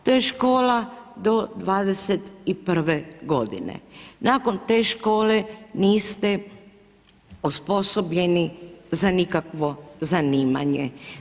To je škola do 21. g., nakon te škole niste osposobljeni za nikakvo zanimanje.